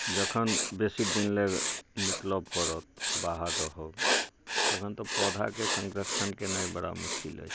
जखन बेसी दिन लए निकलऽ पड़त बाहर रहब तखन तऽ पौधाके संरक्षण केनाइ बड़ा मुश्किल अइ